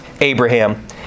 Abraham